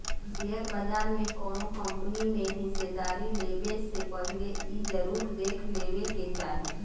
share बाजार में कौनो कंपनी में हिस्सेदारी लेबे से पहिले इ जरुर देख लेबे के चाही